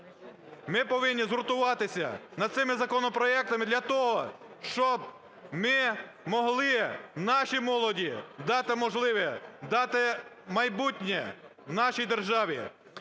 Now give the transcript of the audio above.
ми повинні згуртуватися над цими законопроектами для того, щоб ми могли нашій молоді дати можливість, дати майбутнє в нашій державі.